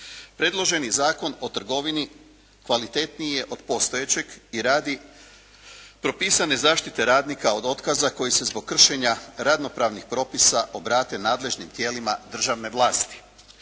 Predloženi Zakon o trgovini kvalitetniji je od postojećeg i radi propisane zaštite radnika od otkaza koji se zbog kršenja radnopravnih propisa obrate nadležnim tijelima državne vlasti.